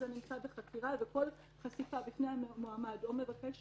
נמצא בחקירה וכל חשיפה בפני המועמד או מבקש